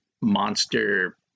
monster